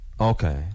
okay